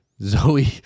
Zoe